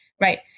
right